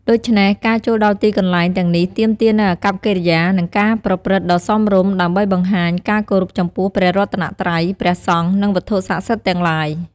ដូច្នេះ ការចូលដល់ទីកន្លែងទាំងនេះទាមទារនូវអាកប្បកិរិយា និងការប្រព្រឹត្តដ៏សមរម្យ ដើម្បីបង្ហាញការគោរពចំពោះព្រះរតនត្រ័យ ព្រះសង្ឃ និងវត្ថុស័ក្តិសិទ្ធិទាំងឡាយ។